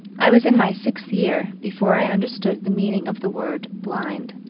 i was in my sixth year before i understood the meaning of the word blind.